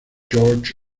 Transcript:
george